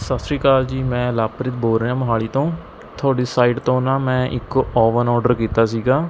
ਸਤਿ ਸ਼੍ਰੀ ਅਕਾਲ ਜੀ ਮੈਂ ਲਵਪ੍ਰੀਤ ਬੋਲ ਰਿਹਾ ਮੋਹਾਲੀ ਤੋਂ ਤੁਹਾਡੀ ਸਾਈਟ ਤੋਂ ਨਾ ਮੈਂ ਇੱਕ ਓਵਨ ਓਡਰ ਕੀਤਾ ਸੀਗਾ